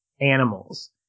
animals